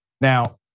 Now